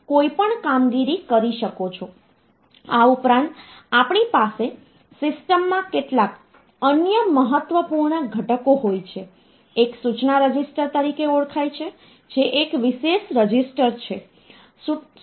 તેથી માઇક્રોપ્રોસેસર્સ અને માઇક્રોકન્ટ્રોલર્સના અભ્યાસક્રમ સાથે કામ કરતી વખતે આપણે ડેટા ઇનપુટને માત્ર ડિજિટલ તરીકે જ લઈશું